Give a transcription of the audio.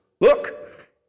look